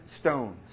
stones